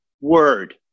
word